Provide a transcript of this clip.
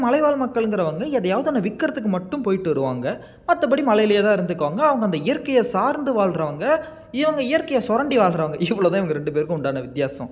இந்த மலைவாழ் மக்கள்ங்கிறவங்க எதையாவது ஒன்று விக்கிறத்துக்கு மட்டும் போய்ட்டு வருவாங்க மற்றபடி மலைலேயே தான் இருந்துக்குவாங்க அவங்க அந்த இயற்கையை சார்ந்து வாழ்கிறவங்க இவங்க இயற்கையை சுரண்டி வாழ்கிறவங்க இவ்வளோ தான் இவங்க ரெண்டு பேருக்கும் உண்டான வித்தியாசம்